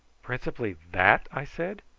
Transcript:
principally that! i said.